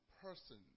person